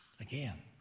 again